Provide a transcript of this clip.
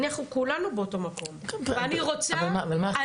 אנחנו כולנו באותו מקום ואני רוצה --- אבל מה אכפת